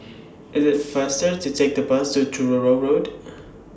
IT IS faster to Take The Bus to Truro Road